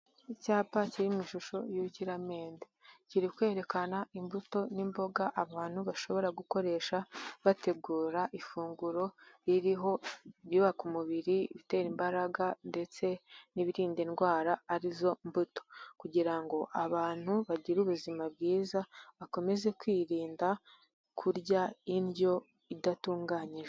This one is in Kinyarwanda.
Icyapa kiri mu ishusho y'urukiramende, kiri kwerekana imbuto n'imboga abantu bashobora gukoresha bategura ifunguro ririho ibyubaka umubiri, ibitera imbaraga ndetse n'ibirinda indwara ari zo mbuto kugira ngo abantu bagire ubuzima bwiza, bakomeze kwirinda kurya indyo idatunganyijwe.